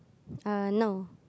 uh no